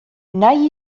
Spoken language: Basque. nahi